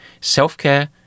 Self-care